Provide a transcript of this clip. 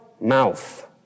mouth